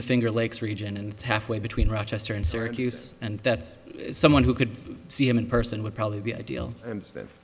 the finger lakes region and it's halfway between rochester and syracuse and that someone who could see him in person would probably be ideal and st